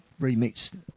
remixed